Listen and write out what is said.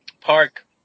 park